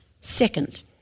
Second